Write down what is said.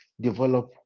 develop